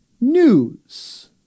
news